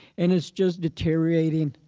and it's just deteriorating.